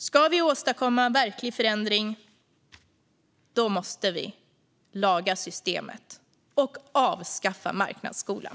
Ska vi åstadkomma en verklig förändring måste vi laga systemet och avskaffa marknadsskolan.